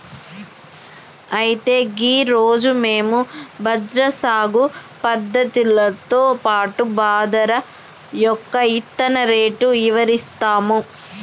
అయితే గీ రోజు మేము బజ్రా సాగు పద్ధతులతో పాటు బాదరా యొక్క ఇత్తన రేటు ఇవరిస్తాము